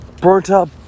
burnt-up